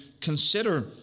consider